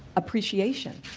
appreciation,